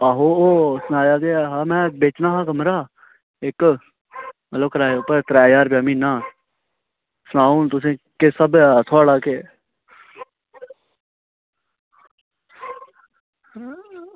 आहो सनाया ते ऐहा में बेचना हा कमरा इक्क मतलब किराये उप्पर त्रै ज्हार रपेआ म्हीना सनाओ हून थोह्ड़ा किस स्हाबै दा